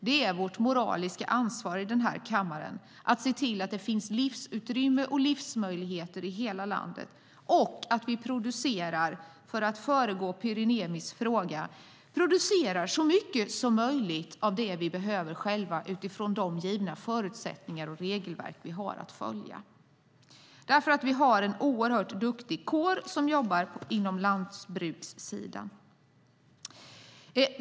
Det är vårt moraliska ansvar i denna kammare att se till att det finns livsutrymme och livsmöjligheter i hela landet. Vi ska producera - för att föregå Pyry Niemis fråga - så mycket som möjligt av det vi själva behöver utifrån de givna förutsättningar och regelverk vi har att följa. Vi har en oerhört duktig kår som jobbar på lantbrukssidan.